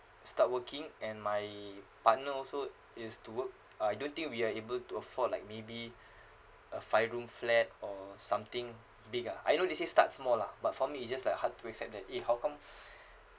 start working and my partner also is to work uh I don't think we are able to afford like maybe a five room flat or something big ah I know they say start small lah but for me it's just like hard to accept that eh how come